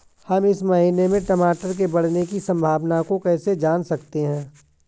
हम इस महीने में टमाटर के बढ़ने की संभावना को कैसे जान सकते हैं?